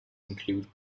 include